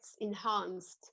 enhanced